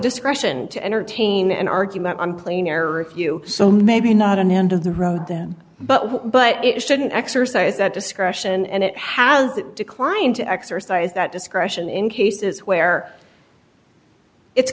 discretion to entertain an argument on plein air or if you so maybe not an end of the road then but it didn't exercise that discretion and it has declined to exercise that discretion in cases where it's